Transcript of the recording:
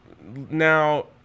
now